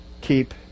keep